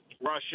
Russia